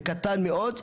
וקטן מאוד,